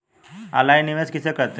Online निवेश किसे कहते हैं?